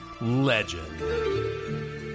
Legend